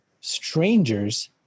Strangers